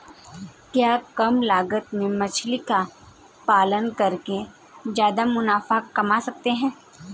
क्या कम लागत में मछली का पालन करके ज्यादा मुनाफा कमा सकते हैं?